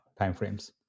timeframes